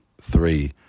three